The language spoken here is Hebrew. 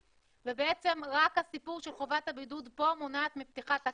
ורק הסיפור של חובת הבידוד פה מונעת את פתיחת הקו?